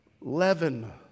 leaven